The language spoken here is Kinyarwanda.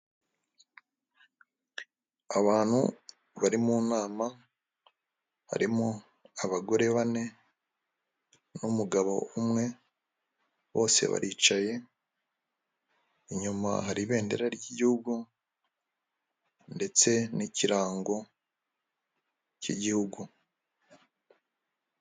Abantu bari mu nama harimo abagore bane n'umugabo umwe bose baricaye, inyuma hari ibendera ryigihugu ndetse n'ikirango cy'igihugu.